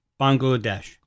Bangladesh